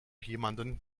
jemanden